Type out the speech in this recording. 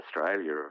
Australia